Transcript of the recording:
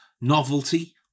novelty